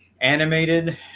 animated